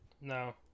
No